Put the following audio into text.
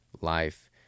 life